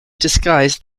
disguise